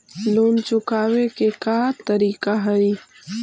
Loan चुकावे के का का तरीका हई?